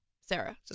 Sarah